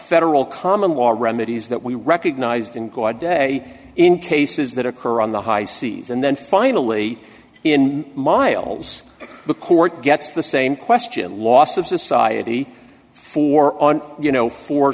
federal common law remedies that we recognized in quad day in cases that occur on the high seas and then finally in miles the court gets the same question loss of society for on you know for